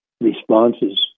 responses